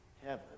heaven